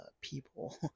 people